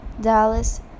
Dallas